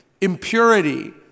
impurity